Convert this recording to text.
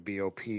bop